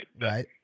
right